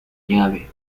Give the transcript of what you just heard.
llave